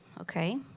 Okay